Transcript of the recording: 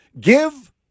Give